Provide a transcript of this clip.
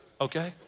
Okay